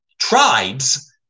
tribes